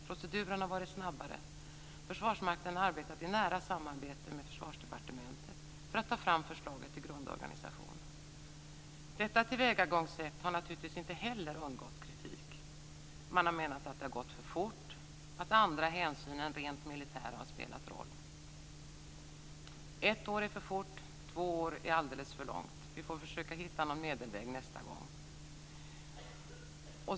Proceduren har varit snabbare, och Försvarsmakten har arbetat i nära samarbete med Försvarsdepartementet för att ta fram förslaget till grundorganisation. Detta tillvägagångssätt har naturligtvis inte heller undgått kritik. Man har menat att det har gått för fort och att andra hänsyn än de rent militära har spelat en roll. Ett år är för fort, och två år är alldeles för långsamt. Vi får försöka att hitta någon medelväg nästa gång.